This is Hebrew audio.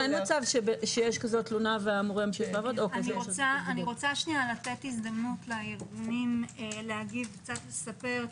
אני רוצה לתת הזדמנות לארגונים לספר,